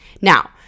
Now